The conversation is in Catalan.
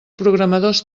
programadors